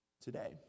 today